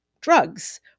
drugs